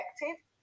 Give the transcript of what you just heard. effective